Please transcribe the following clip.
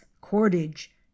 cordage